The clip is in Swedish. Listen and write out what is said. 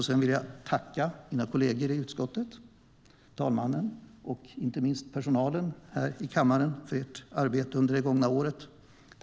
Jag vill också tacka mina kollegor i utskottet, herr talmannen och inte minst personalen här i kammaren för ert arbete under det gångna året.